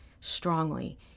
strongly